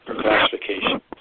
classification